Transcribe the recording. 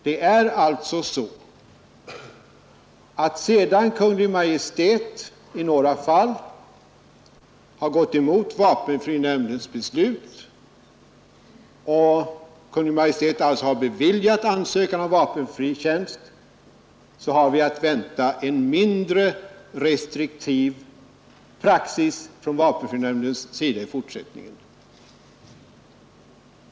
Det är alltså så, att sedan Kungl. Maj:t i några fall har gått emot vapenfrinämndens beslut och alltså beviljat ansökan om vapenfri tjänst, har vi att vänta en mindre restriktiv praxis från vapenfrinämndens sida i fortsättningen.